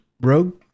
rogue